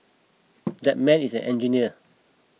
that man is an engineer